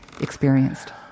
experienced